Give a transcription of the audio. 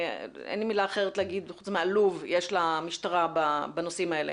אין לי מילה אחרת להגיד חוץ מ'עלוב' יש למשטרה בנושאים האלה.